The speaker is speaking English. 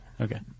Okay